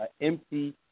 Empty